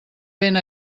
vent